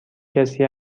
کسی